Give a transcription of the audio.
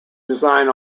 design